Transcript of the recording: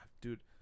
dude